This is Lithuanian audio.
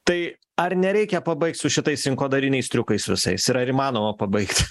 tai ar nereikia pabaigt su šitais rinkodariniais triukais visais ir ar įmanoma pabaigt